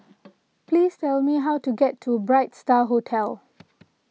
please tell me how to get to Bright Star Hotel